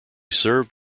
served